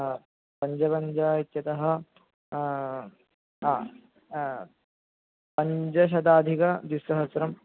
पञ्चजपञ्च इत्यतः हा पञ्चशताधिक द्विसहस्रम्